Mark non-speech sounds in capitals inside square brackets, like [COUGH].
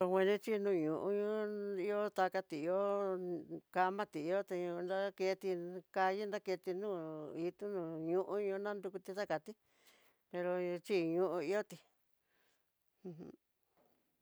Anguraxhi niónn ihó takati ihó kamati ihó naketi kaya keti ño'ó ito no'o ñoo ño nanrukuti takati pero xhino ihoté uj. [HESITATION]